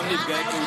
הרב אייכלר,